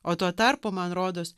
o tuo tarpu man rodos